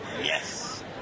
Yes